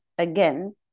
Again